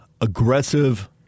aggressive